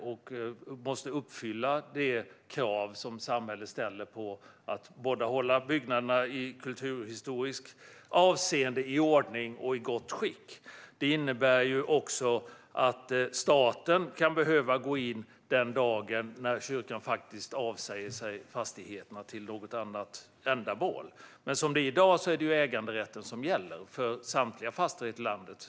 Man måste uppfylla de krav samhället ställer på att byggnaderna i kulturhistoriskt avseende ska hållas i ordning och i gott skick. Det innebär också att staten kan behöva gå in den dagen kyrkan faktiskt avsäger sig fastigheterna till något annat ändamål, men som det är i dag är det äganderätten som gäller för samtliga fastigheter i landet.